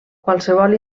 qualsevol